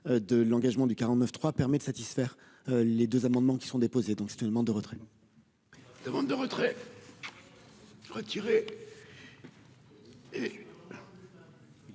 de l'engagement du 49 3 permet de satisfaire les 2 amendements qui sont déposés, donc si demande de retrait. Demande de retraite retiré.